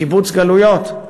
קיבוץ גלויות,